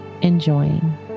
enjoying